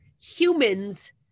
humans